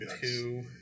two